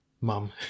mum